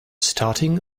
starting